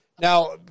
now